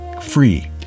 free